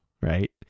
right